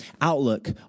outlook